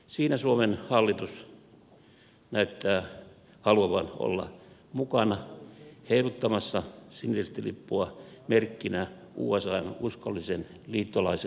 siinä suomen hallitus näyttää haluavan olla mukana heiluttamassa siniristilippua merkkinä usan uskollisen liittolaisen mukanaolosta